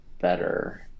better